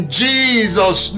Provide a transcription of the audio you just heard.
jesus